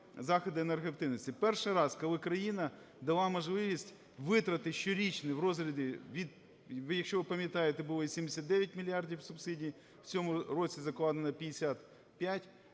заходи енергоефективності. Перший раз, коли країна дала можливість витрати щорічні в розмірі від… якщо ви пам’ятаєте, було і 79 мільярдів субсидій, в цьому році закладено 55,